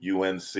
UNC